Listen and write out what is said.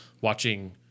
watching